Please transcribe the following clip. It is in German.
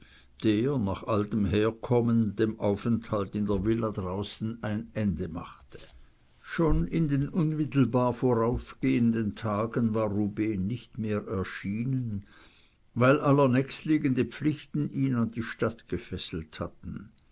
der nach altem herkommen dem aufenthalt in der villa draußen ein ende machte schon in den unmittelbar voraufgehenden tagen war rubehn nicht mehr erschienen weil allernächstliegende pflichten ihn an die stadt gefesselt hatten